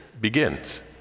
begins